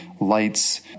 lights